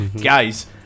Guys